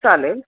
चालेल